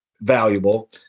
valuable